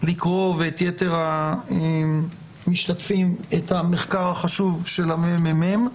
ואת יתר המשתתפים לקרוא את המחקר החשוב של הממ"מ.